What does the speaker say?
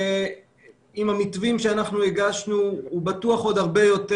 עם המתווים שאנחנו הגשנו הוא בטוח עוד הרבה יותר.